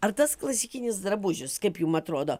ar tas klasikinis drabužis kaip jum atrodo